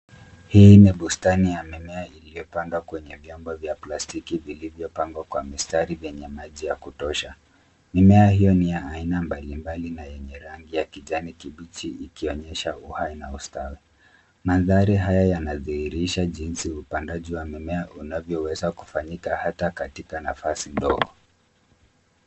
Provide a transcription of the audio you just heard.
Hii ni bustani ya mimea iliyopandwa kwenye vyombo vya plastiki vilivyopangwa kwa mistari yenye maji ya kutosha. Mimea hiyo ni ya aina mbalimbali na yenye rangi ya kijani kibichi, ikionyesha uhai na ustawi. Mandhari haya yanadhihirisha jinsi upandaji wa mimea unavyoweza kufanyika ata katika nafasi ndogo.